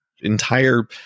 entire